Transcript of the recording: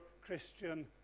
Christian